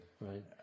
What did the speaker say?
Right